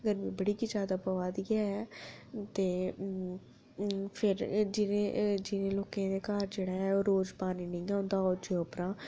गर्मी बड़ी गै जादा पवा दी ऐ ते फिर जि'नें जि'नें लोकें दा घर जेह्ड़ा ऐ ओह् रोज़ पानी नेईं औंदा ओह्दे च ओपरा